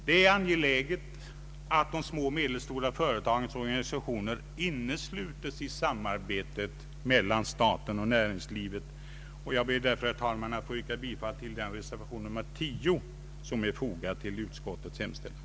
Det är angeläget att de små och medelstora företagens organisationer innesluts i samarbetet mellan staten och näringslivet. Jag ber därför, herr talman, att få yrka bifall till reservation 10, som är fogad till utskottets utlåtande.